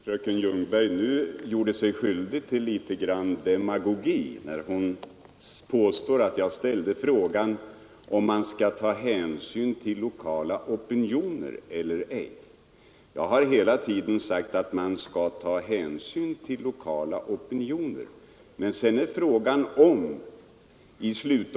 Fru talman! Jag undrar om inte fröken Ljungberg gjorde sig skyldig till litet grand av demagogi när hon påstod att jag hade ställt frågan huruvida man skall ta hänsyn till lokala opinioner eller ej. Jag har hela tiden sagt att man skall ta hänsyn till lokala opinioner.